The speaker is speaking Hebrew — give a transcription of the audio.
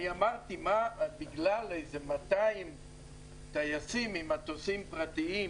אני אמרתי שבגלל איזה 200 טייסים עם מטוסים פרטיים,